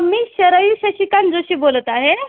मी शरयू शशिकांत जोशी बोलत आहे